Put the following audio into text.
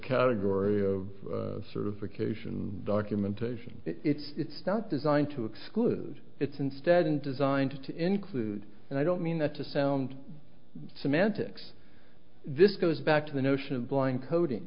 category of certification documentation it's it's not designed to exclude it's instead and designed to include and i don't mean that to sound semantics this goes back to the notion of blind coding